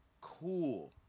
cool